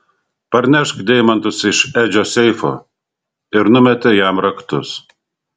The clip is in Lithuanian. parnešk deimantus iš edžio seifo ir numetė jam raktus